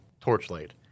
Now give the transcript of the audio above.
torchlight